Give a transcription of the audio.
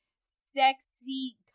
sexy